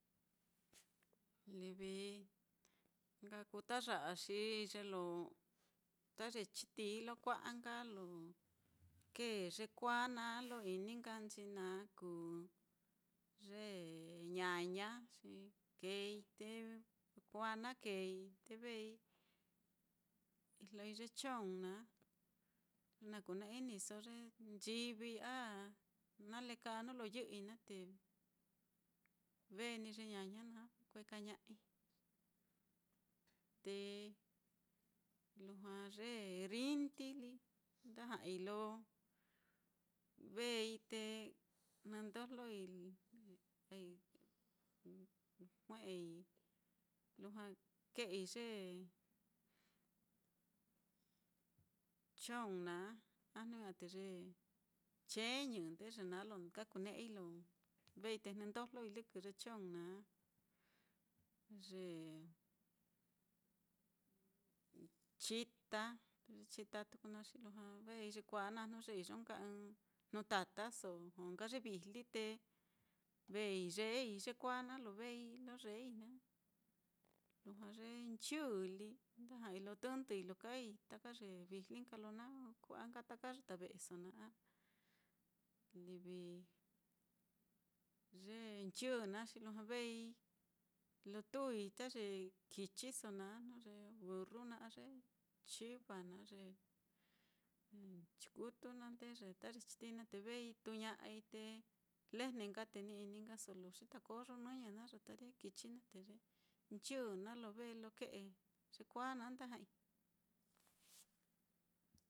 Livi na nka kuu ta ya'a xi ye lo, ta ye chitií lo kua'a nka lo kee yekuāā naá lo ini nka nchi naá kuu ye ñaña, xi keei te yekuāā naá keei te vei, ijloi ye chong naá, jnu ye na kuna-iniso ye nchivii a nale kaa nuu lo yɨ'ɨi naá, te ve ní ye ñaña ve kueka ña'ai. Te lujua ye rindi lí, nda ja'ai lo vei te jnundojloi jue'ei lujua ke'ei ye chong naá, a jnu ña'a ye ye c ndeye naá lo kakune'ei lo vei te jnundojloi lɨkɨ ye chong naá. Ye chita, ye chita tuku naá, xi lujua vei yekuāā naá, jnu ye iyo nka ɨ́ɨ́n jnu tataso joo nka ye vijli te vei yeei yekuāā naá lo vei lo yeei naá. Lujua ye nchɨn lí, nda ja'ai lo tɨndɨi lo kaai taka ye vijli nka lo na kua'a nka taka yata ve'eso naá, a livi ye nchɨn naá, xi lujua vei lo tuui ta ye kichiso naá, jnu ye burru naá, a ye chiva naá, ye nchikutu naá, ndeye ta ye chitií naá te vei tuuña'ai, te lejne nka te ni ini nkaso lo xitakoyo nɨñɨ naá yata ye kichi naá, te ye nchɨn naá lo ve lo ke'e yekuāā naá nda ja'ai.